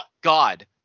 God